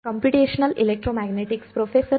बरोबर